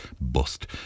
bust